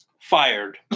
fired